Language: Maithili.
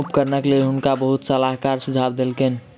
उपकरणक लेल हुनका बहुत सलाहकार सुझाव देलकैन